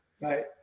Right